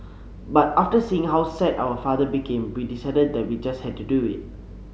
but after seeing how sad our father became we decided that we just had to do it